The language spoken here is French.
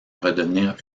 redevenir